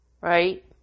right